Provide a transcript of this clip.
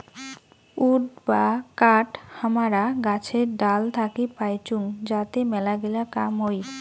would বা কাঠ হামারা গাছের ডাল থাকি পাইচুঙ যাতে মেলাগিলা কাম হই